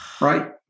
right